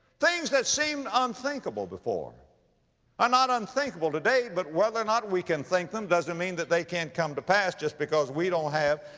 things that seemed unthinkable before are not unthinkable today. but whether or not we can think them doesn't mean that they can't come to pass just because we don't have,